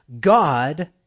God